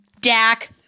Dak